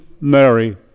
Mary